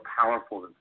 powerful